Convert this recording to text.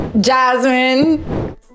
Jasmine